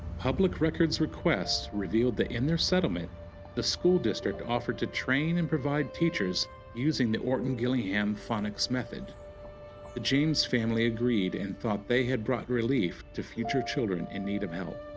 public records requests revealed that in their settlement the school district offered to train and provide teachers using the orton-gillingham phonics method. the james family agreed and thought they had brought relief to future children in need of help.